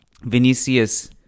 Vinicius